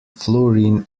fluorine